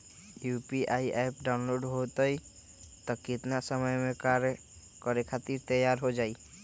UPI app download होई त कितना समय मे कार्य करे खातीर तैयार हो जाई?